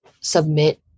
submit